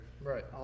Right